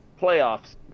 playoffs